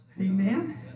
Amen